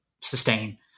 sustain